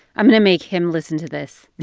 i'm going to make him listen to this